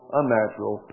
unnatural